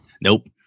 Nope